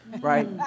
right